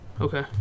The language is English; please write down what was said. Okay